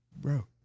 Bro